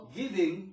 giving